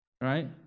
right